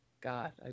God